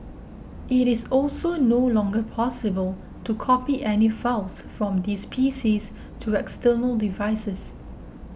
it is also no longer possible to copy any files from these PCs to external devices